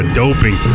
doping